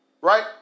Right